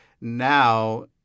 Now